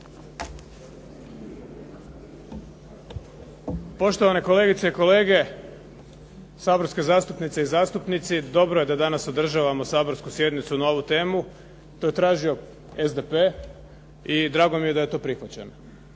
Poštovane kolegice i kolege, saborske zastupnice i zastupnici. Dobro je da danas održavamo saborsku sjednicu na ovu temu. To je tražio SDP i drago mi je da je to prihvaćeno.